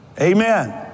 Amen